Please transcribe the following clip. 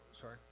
sorry